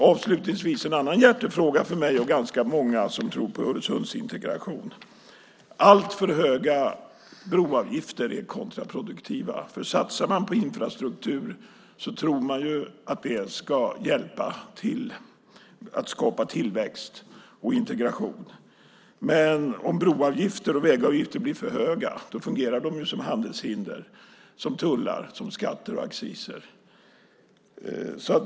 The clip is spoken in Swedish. Avslutningsvis en annan hjärtefråga för mig och ganska många andra som tror på Öresundsintegration. Alltför höga broavgifter är kontraproduktiva. Satsar man på infrastruktur tror man att det ska hjälpa till att skapa tillväxt och integration. Men om broavgifter och vägavgifter blir för höga fungerar de som handelshinder, som tullar, som skatter och acciser.